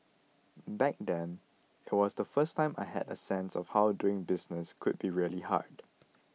back then it was the first time that I had a sense of how doing business could be really hard